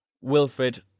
Wilfred